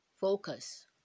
focus